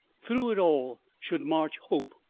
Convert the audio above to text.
through it all should march hope,